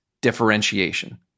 differentiation